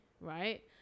right